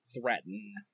threaten